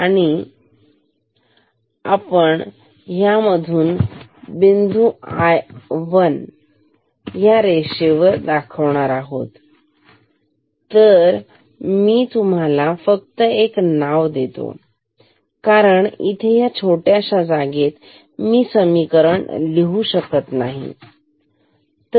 आणिआपण म्हणून हा बिंदू Vi रेषेवर ह्याबरोबर आहे ठीक तर मी तुम्हाला फक्त एक नाव देतो कारण मी इथे ह्या छोट्या जागेत मोठं समीकरण लिहू शकत नाही